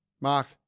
Mark